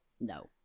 No